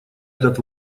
этот